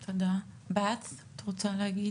בת, את רוצה להגיב